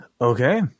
Okay